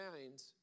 minds